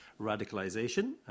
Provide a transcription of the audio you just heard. radicalisation